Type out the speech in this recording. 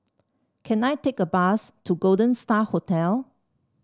can I take a bus to Golden Star Hotel